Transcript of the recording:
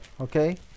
Okay